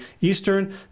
Eastern